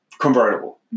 convertible